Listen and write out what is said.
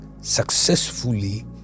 successfully